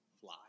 Fly